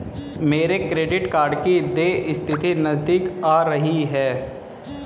मेरे credit card की देय तिथि नज़दीक आ रही है